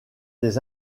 des